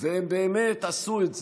והם באמת עשו את זה,